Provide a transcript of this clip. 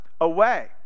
Away